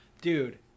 Dude